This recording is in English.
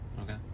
okay